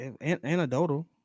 anecdotal